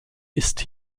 ist